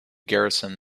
garrison